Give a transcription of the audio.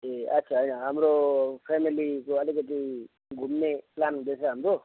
ए अच्छा हाम्रो फ्यामिलीको अलिकति घुम्ने प्लान हुँदैछ हाम्रो